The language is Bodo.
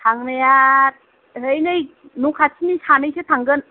थांनाया नै नै न' खाथिनि सानैसो थांगोन